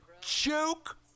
Joke